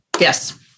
Yes